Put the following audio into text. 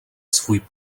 svůj